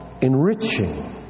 enriching